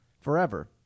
forever